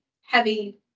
heavy